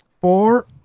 four